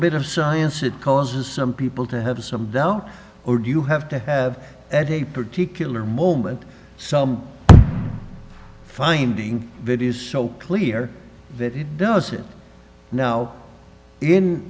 bit of science it causes some people to have some doubt or do you have to have at a particular moment some finding videos so clear that it does it now in